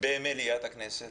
ובמליאת הכנסת.